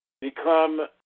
become